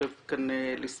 שיושב כאן לשמאלי,